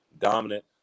dominant